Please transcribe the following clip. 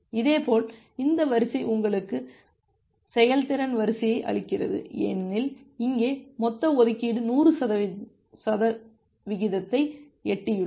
இதேபோல் இந்த வரிசை உங்களுக்கு செயல்திறன் வரிசையை அளிக்கிறது ஏனெனில் இங்கே மொத்த ஒதுக்கீடு 100 சதவீதத்தை எட்டியுள்ளது